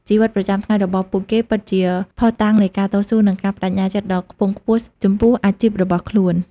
ជីវិតប្រចាំថ្ងៃរបស់ពួកគេពិតជាភស្តុតាងនៃការតស៊ូនិងការប្តេជ្ញាចិត្តដ៏ខ្ពង់ខ្ពស់ចំពោះអាជីពរបស់ខ្លួន។